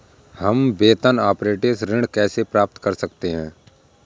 हम वेतन अपरेंटिस ऋण कैसे प्राप्त कर सकते हैं?